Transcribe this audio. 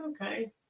okay